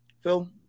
phil